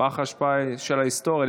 פח האשפה של ההיסטוריה.